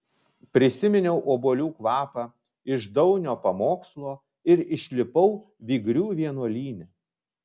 prisiminiau obuolių kvapą iš daunio pamokslo ir išlipau vygrių vienuolyne